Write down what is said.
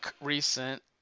recent